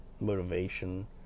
motivation